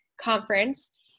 conference